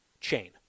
chain